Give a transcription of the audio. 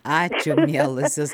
ačiū mielosios